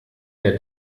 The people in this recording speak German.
der